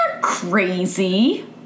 crazy